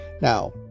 Now